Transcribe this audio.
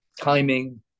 timing